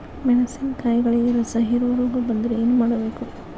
ಮೆಣಸಿನಕಾಯಿಗಳಿಗೆ ರಸಹೇರುವ ರೋಗ ಬಂದರೆ ಏನು ಮಾಡಬೇಕು?